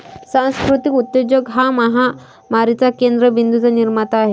सांस्कृतिक उद्योजक हा महामारीच्या केंद्र बिंदूंचा निर्माता आहे